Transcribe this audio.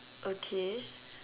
okay